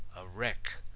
a wreck.